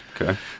Okay